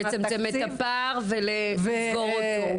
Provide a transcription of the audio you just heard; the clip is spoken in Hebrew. לצמצם את הפער ולסגור אותו.